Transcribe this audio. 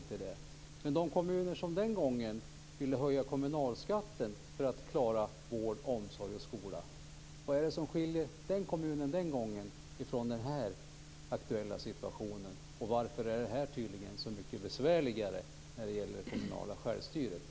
Men vad är skillnaden när det gäller de kommuner som tidigare ville höja kommunalskatten för att klara vård, omsorg och skola och när det gäller den nu aktuella situationen? Och varför är detta tydligen så mycket besvärligare när det gäller den kommunala självstyrelsen?